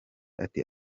ati